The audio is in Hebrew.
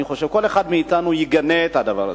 אני חושב שכל אחד מאתנו יגנה את הדבר הזה.